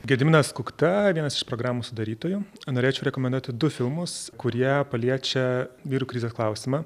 gediminas kukta vienas iš programos sudarytojų norėčiau rekomenduoti du filmus kurie paliečia vyrų krizės klausimą